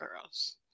girls